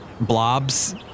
blobs